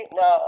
no